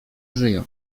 żyją